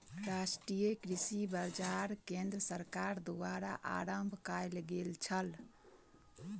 राष्ट्रीय कृषि बाजार केंद्र सरकार द्वारा आरम्भ कयल गेल छल